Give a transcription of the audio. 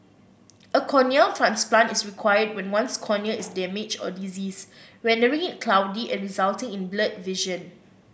a corneal transplant is required when one's cornea is damaged or diseased rendering it cloudy and resulting in blurred vision